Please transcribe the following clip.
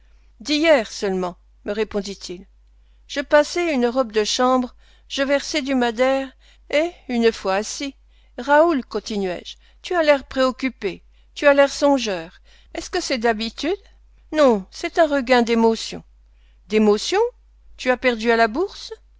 d'hier seulement me répondit-il je passai une robe de chambre je versai du madère et une fois assis raoul continuai-je tu as l'air préoccupé tu as l'air songeur est-ce que c'est d'habitude non c'est un regain d'émotion d'émotion tu as perdu à la bourse